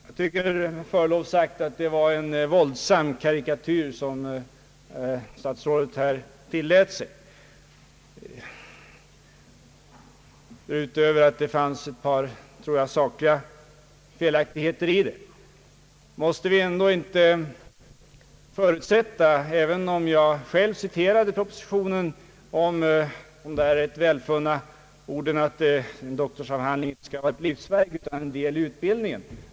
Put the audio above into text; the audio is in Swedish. Jag tycker med förlov sagt att det var en våldsam karikatyr som statsrådet här tillät sig, förutom att det fanns ett par, tror jag, sakliga felaktigheter i den. Jag citerade tidigare de rätt välfunna orden ur propositionen, att en doktorsavhandling inte skall vara ett livsverk utan en del i utbildningen.